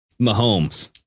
Mahomes